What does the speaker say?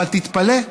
אבל תתפלא,